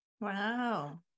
Wow